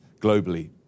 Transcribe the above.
globally